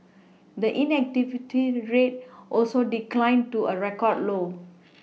the inactivity rate also declined to a record low